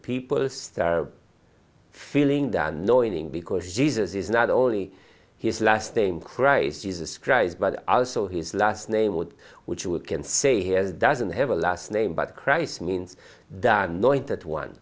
people start feeling than knowing because jesus is not only his last name christ jesus christ but also his last name would which you can say hell doesn't have a last name but christ means